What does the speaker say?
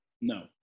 No